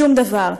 שום דבר.